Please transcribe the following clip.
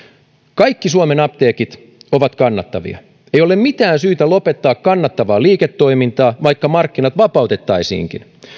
kaikki suomen apteekit ovat kannattavia ei ole mitään syytä lopettaa kannattavaa liiketoimintaa vaikka markkinat vapautettaisiinkin